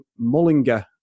Mullinger